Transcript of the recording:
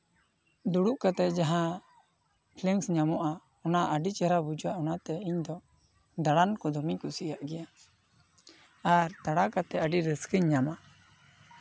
ᱫᱩᱲᱩᱵ ᱠᱟᱛᱮᱜ ᱡᱟᱦᱟᱸ ᱯᱷᱤᱞᱤᱝᱥ ᱧᱟᱢᱚᱜᱼᱟ ᱚᱱᱟ ᱟᱹᱰᱤ ᱪᱮᱨᱦᱟ ᱵᱩᱡᱷᱟᱹᱜᱼᱟ ᱚᱱᱟᱛᱮ ᱤᱧ ᱫᱚ ᱫᱟᱬᱟᱱ ᱠᱚᱫᱚ ᱫᱚᱢᱮᱧ ᱠᱩᱥᱤᱭᱟᱜ ᱜᱮᱭᱟ ᱟᱨ ᱫᱟᱬᱟ ᱠᱟᱛᱮᱜ ᱟᱹᱰᱤ ᱨᱟᱹᱥᱠᱟᱹᱧ ᱧᱟᱢᱟ